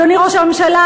אדוני ראש הממשלה,